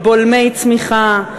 בולמי צמיחה,